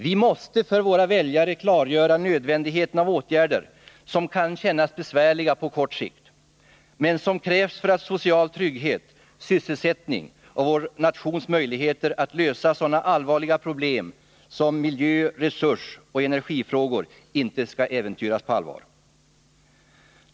Vi måste inför våra väljare klargöra nödvändigheten av åtgärder som kan kännas besvärliga på kort sikt men som krävs för att social trygghet, sysselsättning och vår nations möjligheter att lösa sådana allvarliga problem som miljö-, resursoch energifrågor inte skall äventyras.